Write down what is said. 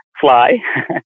fly